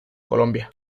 colombia